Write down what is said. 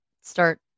start